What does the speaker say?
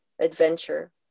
adventure